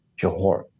Johor